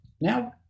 Now